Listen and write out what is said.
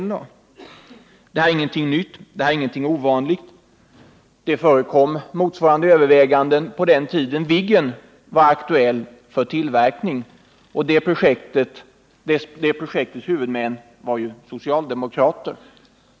Ett sådant här resonemang är ingenting nytt eller ovanligt. Motsvarande överväganden gjordes på den tiden Viggen var aktuell för tillverkning, och det projektets huvudmän var ju socialdemokrater.